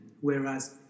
whereas